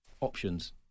options